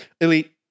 elite